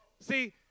See